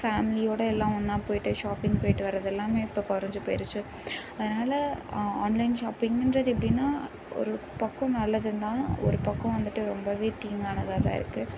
ஃபேமிலியோட எல்லாம் ஒன்னா போயிட்டு ஷாப்பிங் போயிட்டு வர்றது எல்லாமே இப்போ குறைஞ்சி போயிடுச்சி அதனால ஆன் ஆன்லைன் ஷாப்பிங்ன்றது எப்படின்னா ஒரு பக்கம் நல்லது இருந்தாலும் ஒரு பக்கம் வந்துட்டு ரொம்பவே தீங்கானதாக தான் இருக்குது